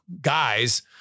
guys